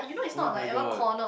oh-my-god